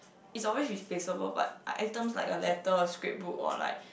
is always replaceable but items like a letter or scrapbook or like